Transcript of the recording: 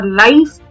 life